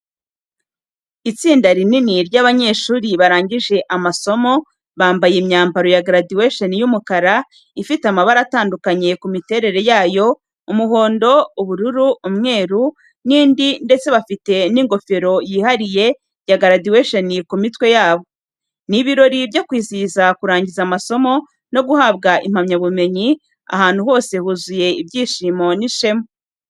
Itsinda rinini ry’abanyeshuri barangije amasomo, bambaye imyambaro ya graduation y’umukara, ifite amabara atandukanye ku miterere yayo, umuhondo, ubururu, umweru n’indi ndetse bafite n’amakaparo yihariye ya graduation ku mitwe yabo. Ni ibirori byo kwizihiza kurangiza amasomo no guhabwa impamyabumenyi, ahantu hose huzuye ibyishimo n’ishema.